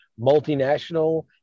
multinational